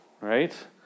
right